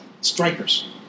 strikers